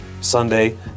Sunday